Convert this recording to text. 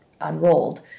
unrolled